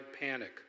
panic